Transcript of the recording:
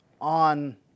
on